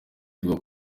ivuga